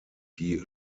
die